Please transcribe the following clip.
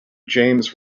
james